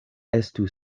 estu